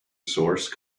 source